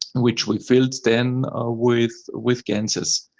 which we filled then with with ganses.